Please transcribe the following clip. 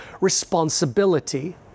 responsibility